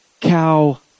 cow